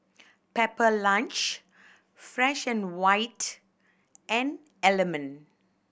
Pepper Lunch Fresh and White and Element